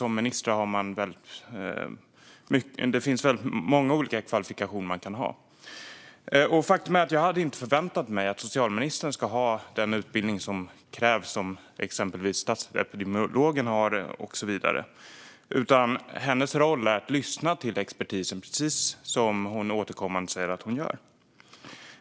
Som minister är det många olika kvalifikationer man kan ha. Faktum är att jag inte hade väntat mig att socialministern skulle ha den utbildning som exempelvis krävs av en statsepidemiolog, utan hennes roll är i stället att lyssna till expertisen, precis som hon återkommande säger att hon gör.